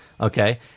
okay